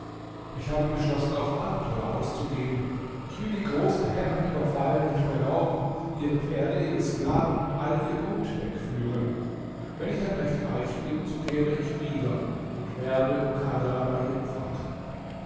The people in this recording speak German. ich habe beschlossen auf abenteuer auszugehen ich will die großen herren überfallen und berauben ihre pferde ihre sklaven und all ihr gut wegführen wenn ich dann recht reich bin so kehre ich wieder und werbe um kadha bei ihrem vater